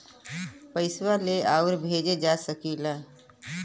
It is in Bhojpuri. पइसवा ले आउर भेजे जा सकेला